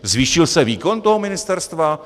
Zvýšil se výkon toho ministerstva?